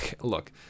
look